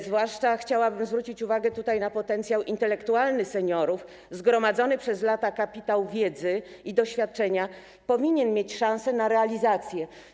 Zwłaszcza chciałabym zwrócić uwagę na potencjał intelektualny seniorów, zgromadzony przez lata kapitał wiedzy i doświadczenia powinien mieć szansę na realizację.